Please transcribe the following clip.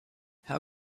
how